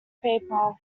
paper